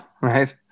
right